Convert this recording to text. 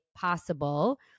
possible